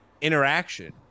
interaction